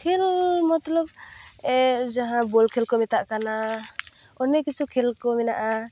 ᱠᱷᱮᱞᱻ ᱢᱚᱛᱞᱚᱵ ᱡᱟᱦᱟᱸ ᱵᱚᱞ ᱠᱷᱮᱞᱠᱚ ᱢᱮᱛᱟᱜ ᱠᱟᱱᱟ ᱚᱱᱮᱠ ᱠᱤᱪᱷᱩ ᱠᱷᱮᱠᱚ ᱢᱮᱱᱟᱜᱼᱟ